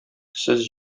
сез